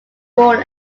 born